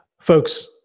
Folks